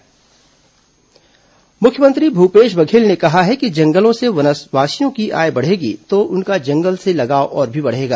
मुख्यमंत्री वन परिचर्चा मुख्यमंत्री भूपेश बघेल ने कहा है कि जंगलों से वनवासियों की आय बढ़ेगी तो उनका जंगल से लगाव और भी बढ़ेगा